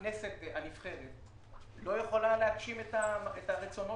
הכנסת הנבחרת לא יכולה להגשים את הרצונות